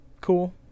cool